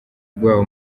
rwabo